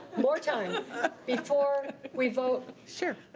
more time before we vote. sure.